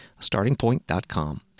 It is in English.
Startingpoint.com